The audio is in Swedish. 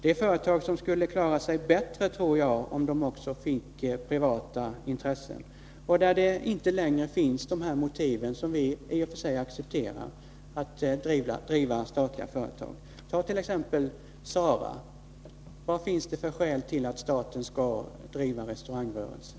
Det är företag som jag tror skulle klara sig bättre om de också hade privata intressen, företag där de motiv för statligt ägande som vi i och för sig accepterar inte längre föreligger. Ta t.ex. SARA! Vilka skäl finns det för att staten skall driva restaurangrörelse?